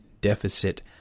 deficit